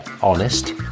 honest